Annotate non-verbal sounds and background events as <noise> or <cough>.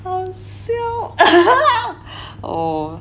好笑 <laughs>